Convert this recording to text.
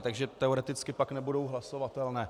Takže teoreticky pak nebudou hlasovatelné.